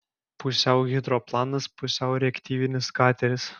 pusiau hidroplanas pusiau reaktyvinis kateris